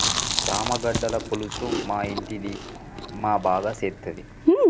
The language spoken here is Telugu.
చామగడ్డల పులుసు మా ఇంటిది మా బాగా సేత్తది